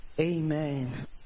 Amen